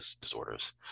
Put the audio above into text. disorders